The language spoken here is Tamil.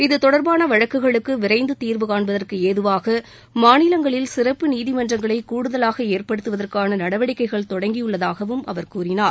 இதுதொடர்பான வழக்குக்குகளுக்கு விரைந்து தீர்வுகாண்பதற்கு ஏதுவாக மாநிலங்களில் சிறப்பு நீதிமன்றங்களை கூடுதலாக ஏற்படுத்துவதற்கான நடவடிக்கைகள் தொடங்கியுள்ளதாகவும் அவர் கூறினார்